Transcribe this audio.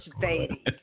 baby